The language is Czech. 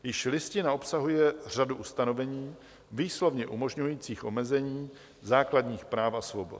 Již Listina obsahuje řadu ustanovení výslovně umožňujících omezení základních práv a svobod.